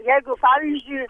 jeigu pavyzdžiui